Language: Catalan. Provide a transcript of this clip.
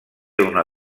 una